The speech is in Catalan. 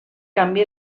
canvi